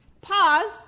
Pause